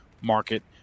market